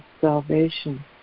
salvation